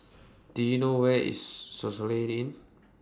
Do YOU know Where IS Soluxe Inn